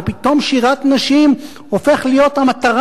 ופתאום שירת נשים הופכת להיות המטרה